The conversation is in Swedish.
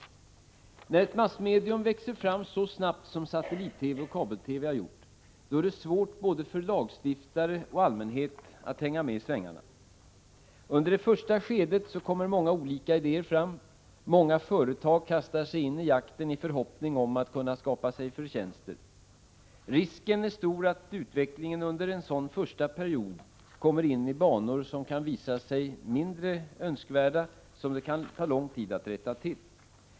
När ett massmedium växer fram så snabbt som satellit-TV och kabel-TV har gjort, är det svårt både för lagstiftare och för allmänhet att hänga med i svängarna. Under det första skedet kommer många olika idéer fram. Många företag kastar sig in i jakten i förhoppning om att kunna skapa sig förtjänster. Risken är stor att utvecklingen under en sådan första period kommer in i banor som kan visa sig mindre önskvärda och som det kan ta lång tid att rätta till.